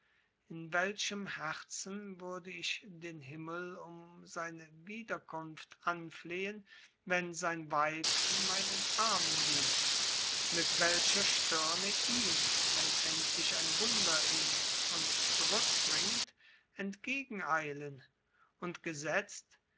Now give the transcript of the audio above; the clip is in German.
mit welchem herzen würde ich den himmel um seine wiederkunft anflehen wenn sein weib in meinen armen liegt mit welcher stirne ihm wenn endlich ein wunder ihn uns zurückbringt entgegeneilen und gesetzt